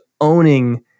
owning